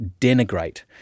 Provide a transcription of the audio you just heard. denigrate